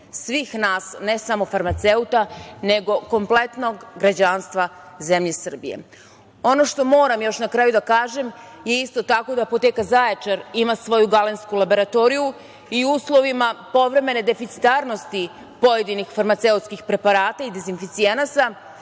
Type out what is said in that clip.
svih nas, ne samo farmaceuta, nego kompletnog građanstva zemlje Srbije. Ono što moram još na kraju da kažem je isto tako da Apoteka Zaječar ima svoju galensku laboratoriju i u uslovima povremene deficitarnosti pojedinih farmaceutskih preparata i dezinficijenasa